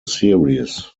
series